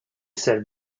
said